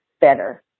better